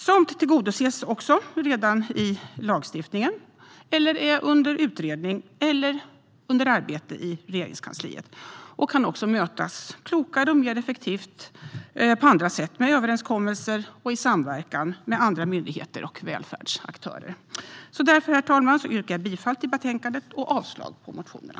Somt tillgodoses redan i lagstiftningen, utreds eller är under arbete i Regeringskansliet, och somt kan mötas klokare och mer effektivt genom överenskommelser och i samverkan med andra myndigheter och välfärdsaktörer. Därför, herr talman, yrkar jag bifall till förslaget och avslag på motionerna.